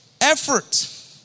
Effort